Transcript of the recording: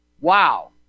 Wow